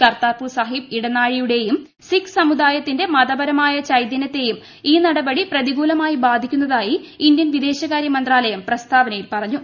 കർത്താപൂർ സാഹിബ് ഇടനാഴിയുടെയും സിഖ് സമുദായത്തിന്റെ മതപരമായ ചൈതനൃത്തെയും ഈ നടപടി പ്രതികൂലമായി ബാധിക്കുന്നതായി ഇന്ത്യൻ വിദേശകാര്യമന്ത്രാലയം പ്രസ്താവനയിൽ പറഞ്ഞു